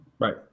Right